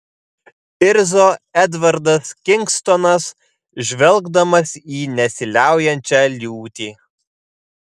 irzo edvardas kingstonas žvelgdamas į nesiliaujančią liūtį